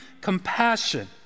compassion